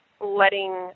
letting